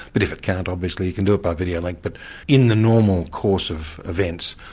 but if it can't, obviously you can do it by videolink, but in the normal course of events,